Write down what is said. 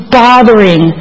bothering